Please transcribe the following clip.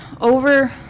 over